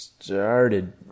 started